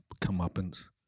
comeuppance